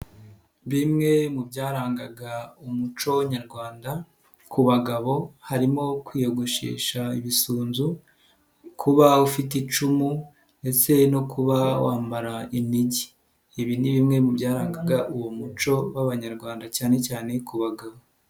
Bimwe mu byarangaga umuco nyarwanda ku bagabo harimo kwiyogoshesha ibisunzu, kuba ufite icumu ndetse no kuba wambara inigi, ibi ni bimwe mu byarangaga uwo muco w'abanyarwanda cyane cyane ku bagabo.